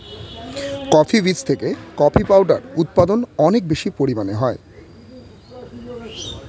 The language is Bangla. কফি বীজ থেকে কফি পাউডার উৎপাদন অনেক বেশি পরিমানে হয়